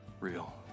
real